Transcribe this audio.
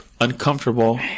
Uncomfortable